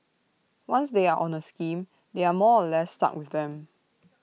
once they are on A scheme they are more or less stuck with them